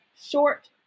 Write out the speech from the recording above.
short